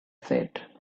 said